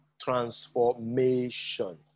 transformation